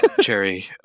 Jerry